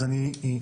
אז אני אומר,